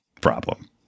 problem